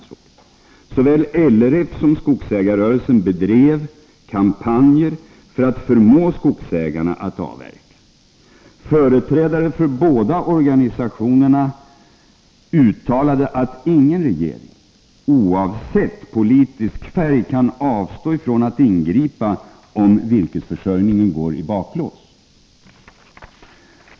Såväl LRF som skogsägarrörelsen bedrev kampanjer för att förmå skogsägarna att avverka. Företrädare för båda organisationerna uttalade att ingen regering, oavsett politisk färg, kan avstå från att ingripa om virkesförsörjningen går i baklås.